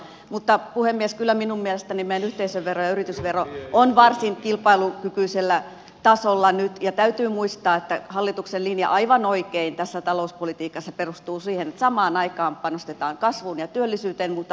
mutta puhemies kyllä minun mielestäni meidän yhteisövero ja yritysvero ovat varsin kilpailukykyisellä tasolla nyt ja täytyy muistaa että hallituksen linja aivan oikein tässä talouspolitiikassa perustuu siihen että samaan aikaan panostetaan kasvuun ja työllisyyteen mutta oikeudenmukaisella tavalla